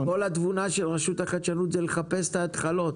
כל התבונה של רשות החדשנות זה לחפש את ההתחלות.